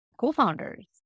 co-founders